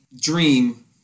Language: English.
dream